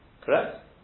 Correct